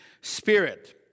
spirit